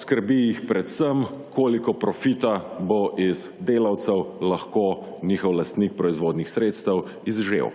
Skrbi jih predvsem, koliko profita bo iz delavcev lahko njihov lastnik proizvodnih sredstev izžel.